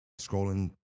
scrolling